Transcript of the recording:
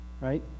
right